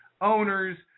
owners